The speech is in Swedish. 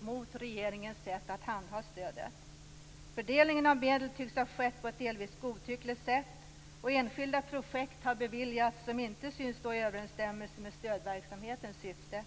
mot regeringens sätt att handha stödet. Fördelningen av medel tycks ha skett på ett delvis godtyckligt sätt, och enskilda projekt har beviljats som inte syns stå i överenskommelse med stödverksamhetens syfte.